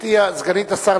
גברתי סגנית השר,